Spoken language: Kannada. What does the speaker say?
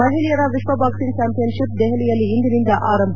ಮಹಿಳೆಯರ ವಿಶ್ವ ಬಾಕ್ಷಿಂಗ್ ಚಾಂಪಿಯನ್ಶಿಪ್ ದೆಹಲಿಯಲ್ಲಿ ಇಂದಿನಿಂದ ಆರಂಭ